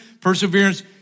perseverance